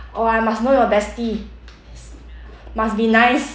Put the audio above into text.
oh I must know your bestie must be nice